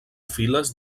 files